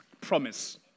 Promise